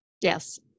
Yes